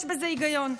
יש בזה היגיון.